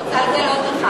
אני רוצה לגלות לך,